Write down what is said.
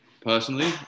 personally